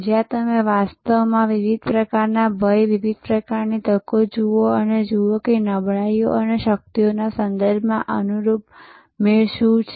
જ્યાં તમે વાસ્તવમાં વિવિધ પ્રકારના ભય વિવિધ પ્રકારની તકો જુઓ અને જુઓ કે નબળાઈઓ અને શક્તિઓના સંદર્ભમાં અનુરૂપ મેળ શું છે